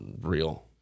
real